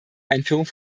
einführung